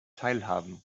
teilhaben